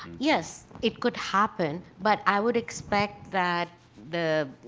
yes, it could happen, but i would expect that the,